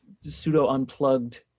pseudo-unplugged